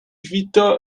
vita